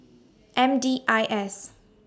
M D I S